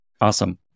Awesome